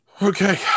okay